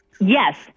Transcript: Yes